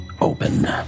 open